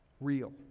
real